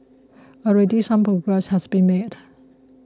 already some progress has been made